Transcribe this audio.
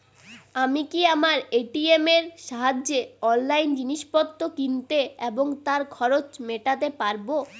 আমি কি আমার এ.টি.এম এর সাহায্যে অনলাইন জিনিসপত্র কিনতে এবং তার খরচ মেটাতে পারব?